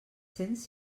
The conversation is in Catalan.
cents